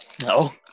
No